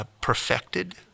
perfected